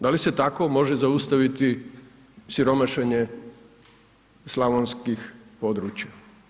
Da li se tako može zaustaviti siromašenje slavonskih područja?